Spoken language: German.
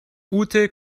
ute